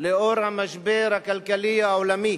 לאור המשבר הכלכלי העולמי